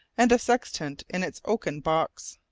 and a sextant in its oaken box.